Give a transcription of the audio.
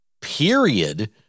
period